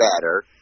better